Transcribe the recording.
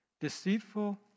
deceitful